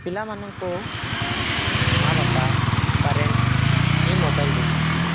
ପିଲାମାନଙ୍କୁ ମାଆ ବାପା ପ୍ୟାରେଣ୍ଟସ୍ ହିଁ ମୋବାଇଲ ଦେଉଛନ୍ତି